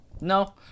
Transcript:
no